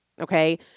Okay